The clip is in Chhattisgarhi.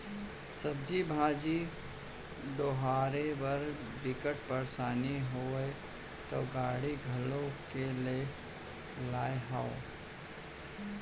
सब्जी भाजी डोहारे बर बिकट परसानी होवय त गाड़ी घलोक लेए हव